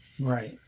Right